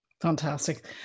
Fantastic